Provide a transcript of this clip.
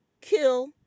kill